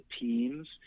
teams